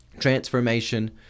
transformation